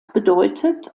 bedeutet